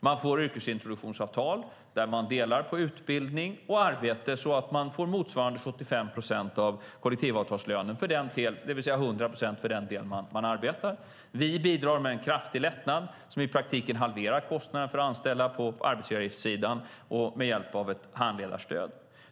Man får yrkesintroduktionsavtal där man delar på utbildning och arbete så att man får motsvarande 75 procent av kollektivavtalslönen, det vill säga 100 procent för den del man arbetar. Vi bidrar med en kraftig lättnad som i praktiken halverar kostnaden för att anställa på arbetsgivaravgiftssidan och med hjälp av ett handledarstöd.